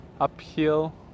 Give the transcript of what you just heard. uphill